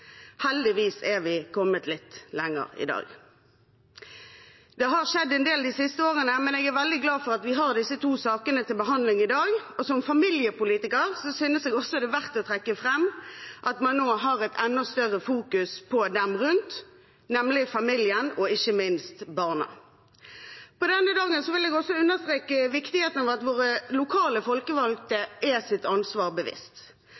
Heldigvis er vi kommet litt lenger i dag. Det har skjedd en del de siste årene, men jeg er veldig glad for at vi har disse to sakene til behandling i dag, og som familiepolitiker synes jeg også det er verdt å trekke fram at man nå har et enda større fokus på dem rundt, nemlig familien, og ikke minst barna. På denne dagen vil jeg også understreke viktigheten av at våre lokale folkevalgte er sitt ansvar bevisst.